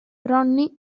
ronnie